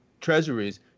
treasuries